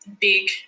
big